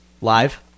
Live